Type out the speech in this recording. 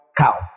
cow